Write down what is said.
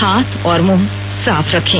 हाथ और मुंह साफ रखें